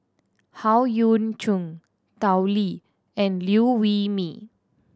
Howe Yoon Chong Tao Li and Liew Wee Mee